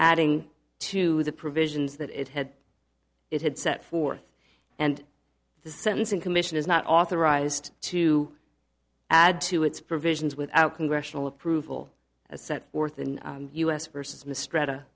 adding to the provisions that it had it had set forth and the sentencing commission is not authorized to add to its provisions without congressional approval as set forth in u s versus mis